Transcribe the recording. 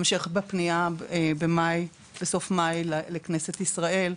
המשך בפנייה בסוף מאי לכנסת ישראל,